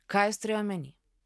ką jis turėjoomeny